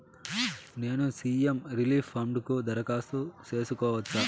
నేను CM relief fund కు దరఖాస్తు సేసుకోవచ్చా?